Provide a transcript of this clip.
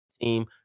team